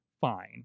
fine